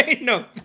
No